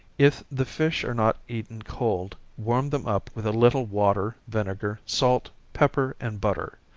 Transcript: if the fish are not eaten cold, warm them up with a little water, vinegar, salt, pepper, and butter.